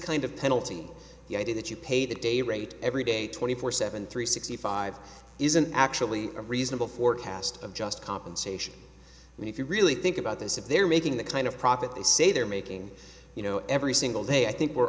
kind of penalty the idea that you pay the day rate every day twenty four seven three sixty five isn't actually a reasonable forecast of just compensation and if you really think about this if they're making the kind of profit they say they're making you know every single day i think we're